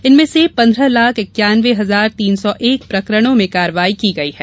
इनमें से पन्द्रह लाख इन्क्यान्नवे हजार तीन सौ एक प्रकरणों में कार्यवाही की गयी है